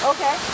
Okay